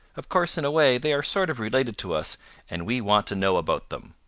of course in a way they are sort of related to us and we want to know about them.